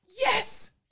yes